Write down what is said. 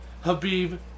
Habib